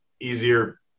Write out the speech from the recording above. easier